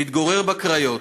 מתגורר בקריות.